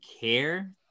care